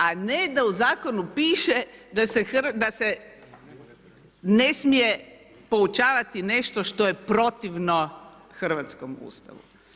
A ne da u zakonu piše da se ne smije poučavati nešto što je protivno hrvatskom Ustavu.